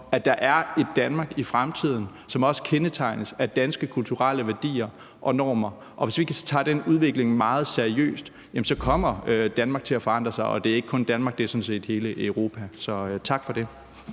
at der er et Danmark i fremtiden, som også kendetegnes af danske kulturelle værdier og normer, og hvis vi ikke tager den udvikling meget seriøst, jamen så kommer Danmark til at forandre sig. Og det er ikke kun Danmark; det er sådan set hele Europa. Så tak for det.